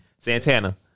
Santana